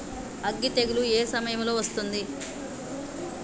అగ్గి తెగులు ఏ సమయం లో వస్తుంది?